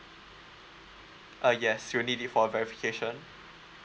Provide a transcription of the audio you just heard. uh yes we'll need it for verification